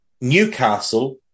Newcastle